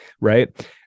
Right